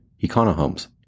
Econohomes